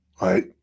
right